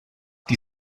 die